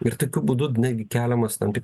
ir tokiu būdu netgi keliamas tam tikra